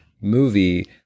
movie